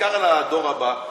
בעיקר על הדור הבא.